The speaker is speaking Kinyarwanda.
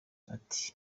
ati